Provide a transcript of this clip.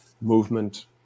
movement